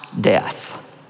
death